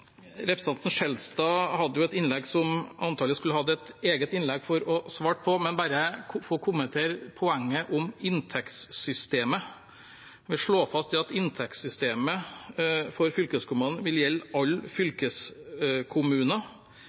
Representanten Skjelstad hadde et innlegg som jeg antagelig skulle ha hatt et eget innlegg for å svare på. La meg bare kort få kommentere poenget om inntektssystemet ved å slå fast at inntektssystemet for fylkeskommunene vil gjelde alle fylkeskommuner.